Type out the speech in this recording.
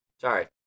Sorry